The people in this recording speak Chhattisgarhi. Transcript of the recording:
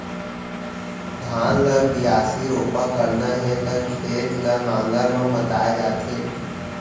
धान ल बियासी, रोपा करना हे त खेत ल नांगर म मताए जाथे